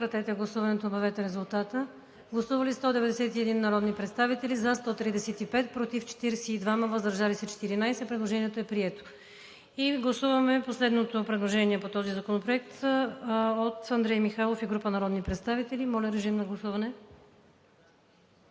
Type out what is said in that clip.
Иванов и група народни представители. Гласували 191 народни представители: за 135, против 42, въздържали се 14. Предложението е прието. Гласуваме последното предложение по този законопроект от Андрей Михайлов и група народни представители. Гласували